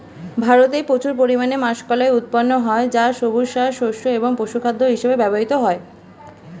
ভারতে প্রচুর পরিমাণে মাষকলাই উৎপন্ন হয় যা সবুজ সার, শস্য এবং পশুখাদ্য হিসেবে ব্যবহৃত হয়